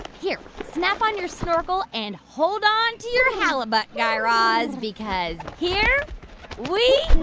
here. snap on your snorkel and hold on to your halibut, guy raz, because here we